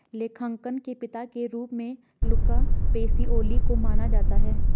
लेखांकन के पिता के रूप में लुका पैसिओली को माना जाता है